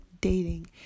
dating